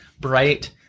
bright